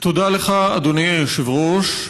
תודה לך, אדוני היושב-ראש.